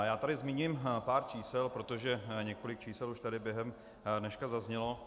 Já tady zmíním pár čísel, protože několik čísel už tady během dneška zaznělo.